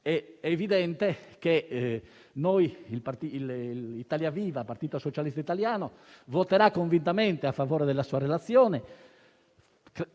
è evidente che noi di Italia Viva - Partito Socialista Italiano voteremo convintamente a favore della sua relazione,